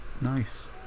nice